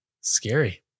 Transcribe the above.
Scary